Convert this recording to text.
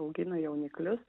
augina jauniklius